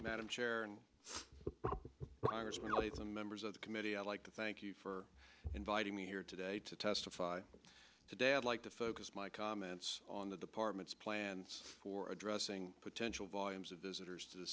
some members of the committee i'd like to thank you for inviting me here today to testify today i'd like to focus my comments on the department's plans for addressing potential volumes of visitors to the